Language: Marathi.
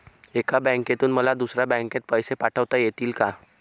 एका बँकेतून मला दुसऱ्या बँकेत पैसे पाठवता येतील का?